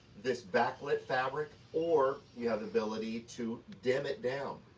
this backlit fabric, or, you have the ability to dim it down.